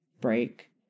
break